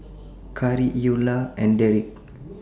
Khari Eola and Darrick